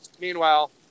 meanwhile